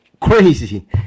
crazy